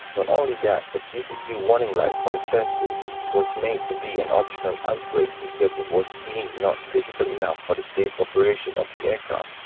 not only that, a disagree warning light for the sensors was made to be an optional upgrade because it was deemed not critical enough for the safe operation of the aircraft.